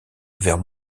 vers